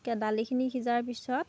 দালিখিনি সিজাৰ পিছত